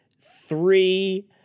three